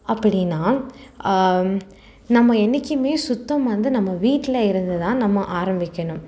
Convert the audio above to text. அப்படின்னா நம்ம என்னைக்கும் சுத்தம் வந்து நம்ம வீட்டில் இருந்து தான் நம்ம ஆரம்பிக்கணும்